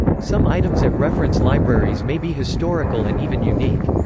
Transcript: some items at reference libraries may be historical and even unique.